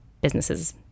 businesses